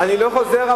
אני לא חוזר,